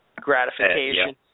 gratification